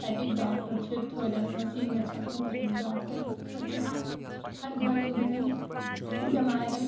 تَتِکۍ ڈاکٹر چھِ تھٔدۍ آسان سیٖنیر چھِ آسان تَتِکۍ ڈاکٹر تَتہِ چھُ بَجین بجین بیمارٮ۪ن